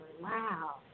Wow